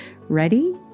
Ready